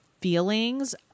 feelings